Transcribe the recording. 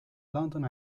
london